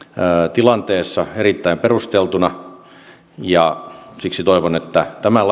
tilanteessa erittäin perusteltuna ja siksi toivon että tämän